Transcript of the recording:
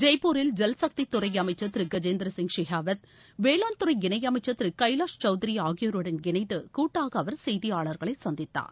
ஜெய்பூரில் ஜல்சக்தி துறை அமைச்சர் திரு கஜேந்திரசிப் ஷெகாவத் வேளாண் துறை இணையமைச்சர் திரு கைலாஷ் சௌத்ரி ஆகியோருடன் இணைந்து கூட்டாக அவர் செய்தியாளர்களை சந்தித்தார்